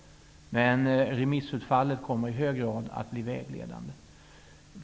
Remissutfallet kommer i hög grad att bli vägledande.